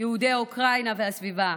יהודי אוקראינה והסביבה,